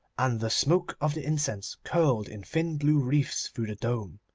and the smoke of the incense curled in thin blue wreaths through the dome.